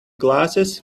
glasses